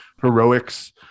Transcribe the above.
heroics